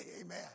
Amen